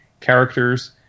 characters